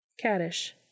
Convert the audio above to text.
Caddish